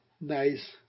nice